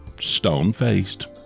stone-faced